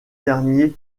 derniers